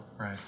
Right